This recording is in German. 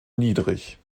niedrig